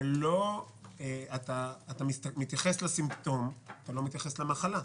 אתה מתייחס לסימפטום ולא מתייחס למחלה.